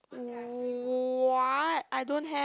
what I don't have